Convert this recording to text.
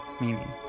meaning